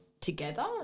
together